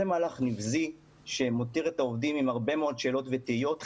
זה מהלך נבזי שמותיר את העובדים עם הרבה מאוד שאלות ותהיות.